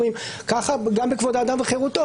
ככה גם בכבוד האדם וחירותו,